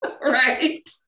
Right